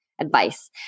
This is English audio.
advice